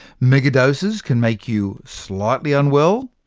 megadoses can make you slightly unwell,